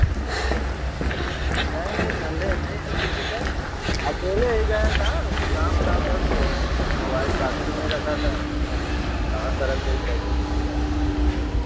नहीं नहीं संदेह नहीं है किसी पर अकेले ही गए हैं साहब काम था उधर तो मोबाईल पाकेट में ही रखा था काहाँ सड़क गई कैसे